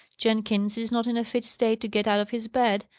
jenkins is not in a fit state to get out of his bed,